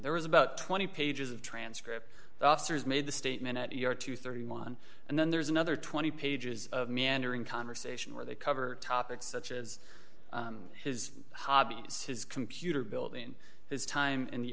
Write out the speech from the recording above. there was about twenty pages of transcript the officers made the statement at your two hundred and thirty one and then there's another twenty pages of meandering conversation where they cover topics such as his hobbies his computer building his time in the